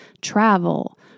travel